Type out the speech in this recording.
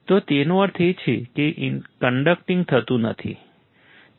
તો તેનો અર્થ એ છે કે તે કન્ડક્ટિંગ થતું નથી બરાબર